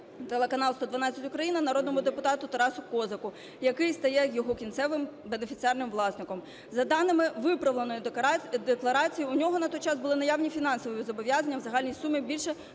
телеканал "112 Україна" народному депутату Тарасу Козаку, який стає його кінцевим бенефіціарним власником. За даними виправленої декларації в нього на той час були наявні фінансові зобов'язання в загальній сумі більше